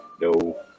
No